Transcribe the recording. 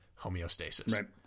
homeostasis